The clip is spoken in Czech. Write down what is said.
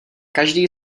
každý